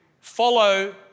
follow